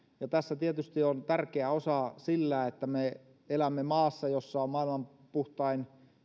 tässä tietysti on tärkeä osa sillä että me elämme maassa jossa on maailman puhtain